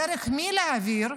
דרך מי להעביר,